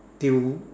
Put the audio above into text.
they would